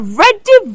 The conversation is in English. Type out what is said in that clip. ready